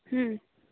হুম